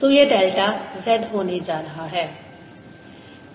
तो यह delta z होने जा रहा है